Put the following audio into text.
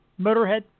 Motorhead